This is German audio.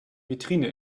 vitrine